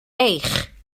eich